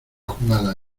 jugada